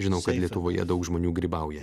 žinau kad lietuvoje daug žmonių grybauja